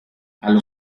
allo